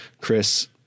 chris